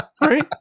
Right